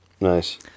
nice